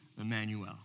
Emmanuel